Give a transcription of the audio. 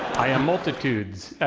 i am multitudes.